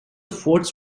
forts